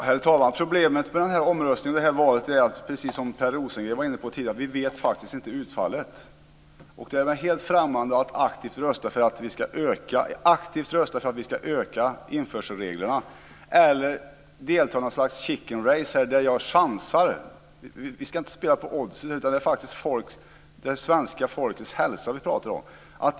Herr talman! Problemet med denna omröstning och detta val är, precis som Per Rosengren var inne på tidigare, att vi faktiskt inte vet utfallet. Det är mig helt främmande att aktivt rösta för att vi ska tillåta ökad införsel av alkohol eller delta i något slags chicken race där jag chansar. Vi ska inte spela på Oddset, utan det är faktiskt svenska folkets hälsa vi pratar om.